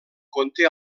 conté